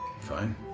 Fine